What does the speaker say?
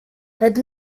het